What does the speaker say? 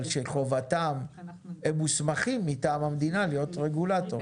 אבל הן מוסמכות מטעם המדינה להיות רגולטור.